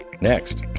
next